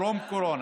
טרום-קורונה.